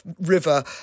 river